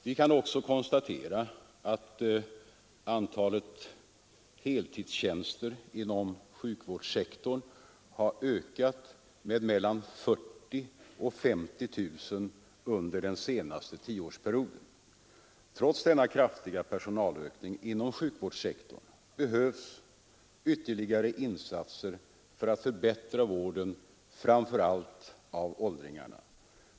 Vi kan också konstatera att antalet heltidstjänster inom sjukvårdssektorn har ökat med mellan 4000 och 50 000 under den senaste tioårsperioden. Trots denna kraftiga personalökning inom sjukvårdssektorn behövs ytterligare insatser för att förbättra vården framför allt av åldringarna.